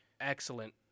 excellent